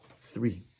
three